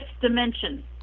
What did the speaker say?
dimension